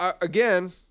again